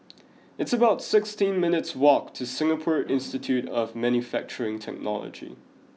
It's about sixteen minutes' walk to Singapore Institute of Manufacturing Technology